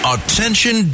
Attention